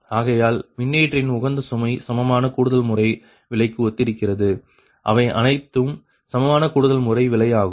ஆகையால் மின்னியற்றியின் உகந்த சுமை சமமான கூடுதல்முறை விலைக்கு ஒத்திருக்கிறது அவை அனைத்தும் சமமான கூடுதல்முறை விலை ஆகும்